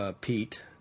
Pete